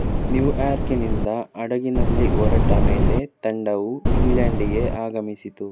ನ್ಯೂಯಾರ್ಕ್ನಿಂದ ಹಡಗಿನಲ್ಲಿ ಹೊರಟ ಮೇಲೆ ತಂಡವು ಇಂಗ್ಲೆಂಡಿಗೆ ಆಗಮಿಸಿತು